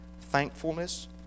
thankfulness